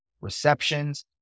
receptions